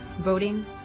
voting